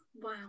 Wow